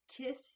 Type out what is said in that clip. kiss